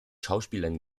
schauspielern